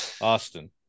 austin